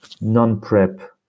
Non-prep